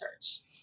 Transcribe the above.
search